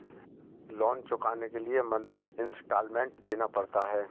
loan चुकाने के लिए मंथली इन्सटॉलमेंट देना पड़ता है